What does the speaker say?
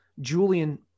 Julian